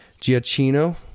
giacchino